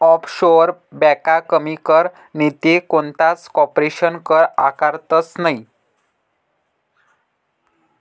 offshore ब्यांका कमी कर नैते कोणताच कारपोरेशन कर आकारतंस नयी